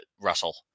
Russell